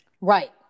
Right